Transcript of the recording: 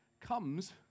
comes